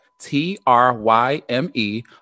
T-R-Y-M-E